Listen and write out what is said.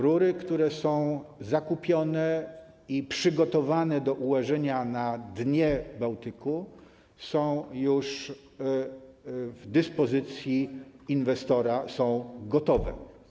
Rury, które są zakupione i przygotowane do ułożenia na dnie Bałtyku, są już w dyspozycji inwestora, są gotowe.